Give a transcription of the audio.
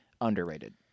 underrated